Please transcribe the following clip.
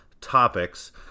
topics